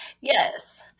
Yes